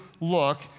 look